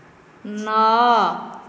ନଅ